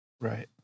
Right